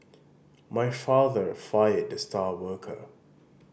my father fired the star worker